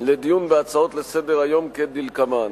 לדיון בהצעות לסדר-היום כדלקמן: